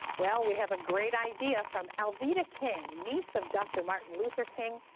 well, we have a great idea from alveda king, niece of doctor martin luther king,